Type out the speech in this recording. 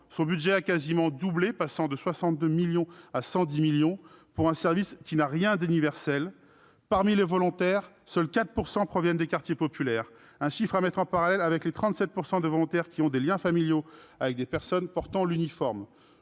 son budget a quasiment doublé, passant de 62 millions d'euros à 110 millions d'euros, pour un service qui n'a rien d'universel : parmi les volontaires, seuls 4 % proviennent des quartiers populaires, un chiffre à mettre en parallèle avec les 37 % de volontaires qui ont des liens familiaux avec des personnes portant l'uniforme.